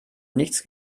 nichts